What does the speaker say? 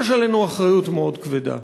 יש עלינו אחריות מאוד כבדה.